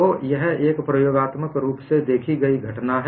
तो यह एक प्रयोगात्मक रुप से देखी गई घटना है